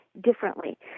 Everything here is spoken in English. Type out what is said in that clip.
differently